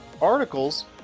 articles